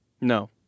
No